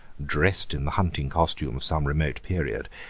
dressed in the hunting costume of some remote period,